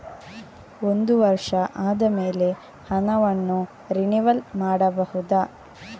ಒಂದು ವರ್ಷ ಆದಮೇಲೆ ಹಣವನ್ನು ರಿನಿವಲ್ ಮಾಡಬಹುದ?